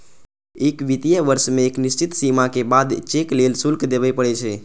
एक वित्तीय वर्ष मे एक निश्चित सीमा के बाद चेक लेल शुल्क देबय पड़ै छै